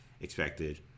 expected